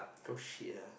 talk shit lah